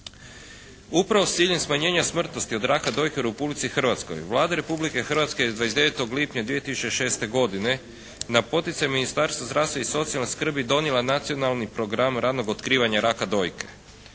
Upravo s ciljem smanjenja smrtnosti od raka dojke u Republici Hrvatskoj Vlada Republike Hrvatske je 29. lipnja 2006. godine na poticaj Ministarstva zdravstva i socijalne skrbi donijela Nacionalni program ranog otkrivanja raka dojke.